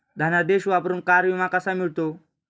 धनादेश वापरून कार विमा कसा मिळतो?